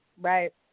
right